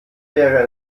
wäre